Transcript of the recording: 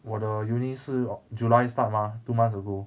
我的 uni 是 oct~ july start mah two months ago